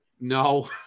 no